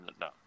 no